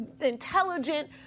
intelligent